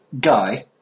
guy